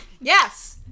yes